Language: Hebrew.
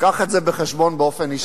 קח את זה בחשבון באופן אישי.